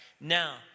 Now